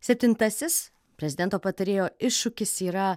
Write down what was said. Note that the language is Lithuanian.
septintasis prezidento patarėjo iššūkis yra